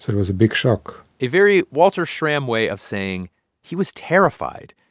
it was a big shock a very walter schramm way of saying he was terrified.